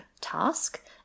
task